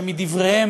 שמדבריהם,